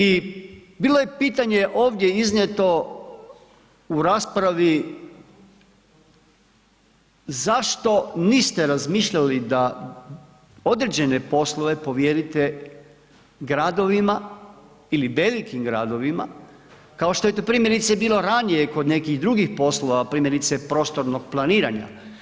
I bilo je pitanje ovdje iznijeto u raspravi, zašto niste razmišljali da određene poslove provjerite gradovima ili velikim gradovima, ako što je to primjerice bilo ranije kod nekih drugih poslova, primjerice prostornog planiranja.